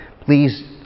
please